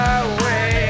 away